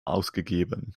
ausgegeben